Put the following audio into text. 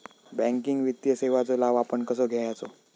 Banking वित्तीय सेवाचो लाभ आपण कसो घेयाचो?